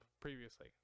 previously